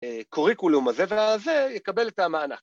‫הקוריקולום הזה והזה יקבל את המענק.